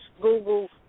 Google